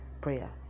prayer